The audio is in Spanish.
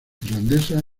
irlandesa